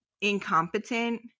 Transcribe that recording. Incompetent